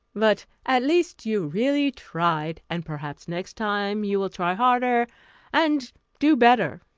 but at least you really tried, and perhaps next time you will try harder and do better.